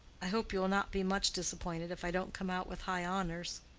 i hope you will not be much disappointed if i don't come out with high honors.